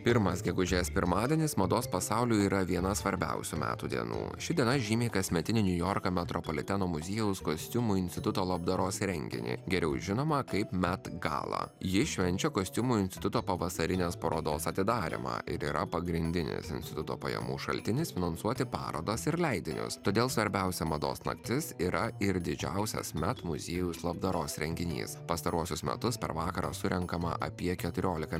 pirmas gegužės pirmadienis mados pasauliui yra viena svarbiausių metų dienų ši diena žymi kasmetinio niujorko metropoliteno muziejaus kostiumų instituto labdaros renginį geriau žinomą kaip met gala ji švenčia kostiumų instituto pavasarinės parodos atidarymą ir yra pagrindinis instituto pajamų šaltinis finansuoti parodas ir leidinius todėl svarbiausia mados naktis yra ir didžiausias met muziejaus labdaros renginys pastaruosius metus per vakarą surenkama apie keturiolika